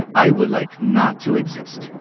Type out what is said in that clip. i would like not to exist.